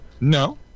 No